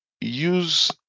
use